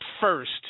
first